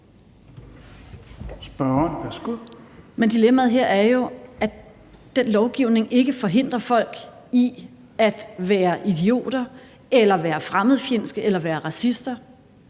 Men dilemmaet her er jo, at den lovgivning ikke forhindrer folk i at være idioter eller være fremmedfjendske eller være racister;